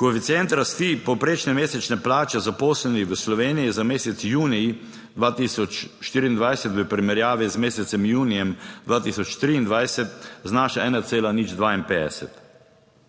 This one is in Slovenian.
Koeficient rasti povprečne mesečne plače zaposlenih v Sloveniji za mesec junij 2024, v primerjavi z mesecem junijem 2023 znaša 1,052.